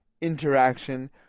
interaction